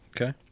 Okay